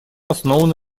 основаны